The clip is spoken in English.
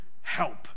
help